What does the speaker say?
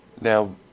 Now